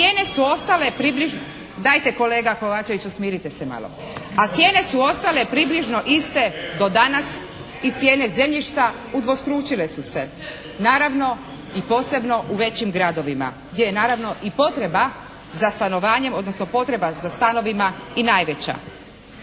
cijene su ostale približno iste do danas i cijene zemljišta udvostručile su se. Naravno i posebno u većim gradovima, gdje je naravno i potreba za stanovanjem odnosno potreba za stanovima i najveća.